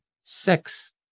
sex